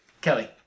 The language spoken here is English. Kelly